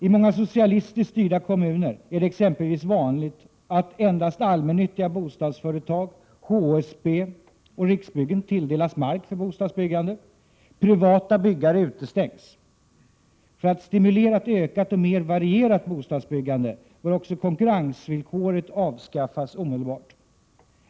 I många socialistiskt styrda kommuner är det exempelvis vanligt att endast allmännyttiga bostadsföretag, HSB och Riksbyggen tilldelas mark för bostadsbyggande. Privata byggare utestängs. För att stimulera ett ökat och mer varierat bostadsbyggande bör också konkurrensvillkoret avskaffas omedelbart.